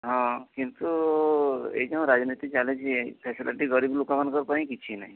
ହଁ କିନ୍ତୁ ଏଇ ଯେଉଁ ରାଜନୀତି ଚାଲିଛି ସେ ଫ୍ୟାସିଲିଟି ଗରିବ ଲୋକମାନଙ୍କ ପାଇଁ କିଛି ନାହିଁ